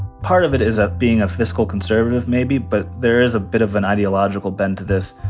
part of it is ah being a fiscal conservative, maybe. but there is a bit of an ideological bent to this.